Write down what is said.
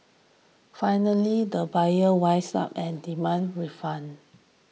finally the buyer wised up and demanded refund